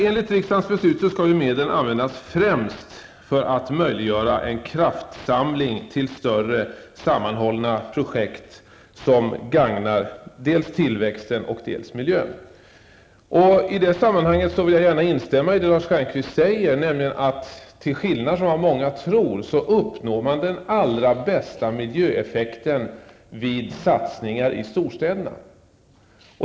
Enligt riksdagens beslut skall medlen främst användas för att möjliggöra en kraftsamling till förmån för större sammanhållna projekt som gagnar både tillväxten och miljön. I det sammanhanget instämmer jag gärna i det som Lars Stjernkvist sade. Den allra bästa miljöeffekten uppnås nämligen, till skillnad från vad många tror, just vid satsningar i storstäderna.